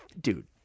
dude